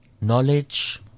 Knowledge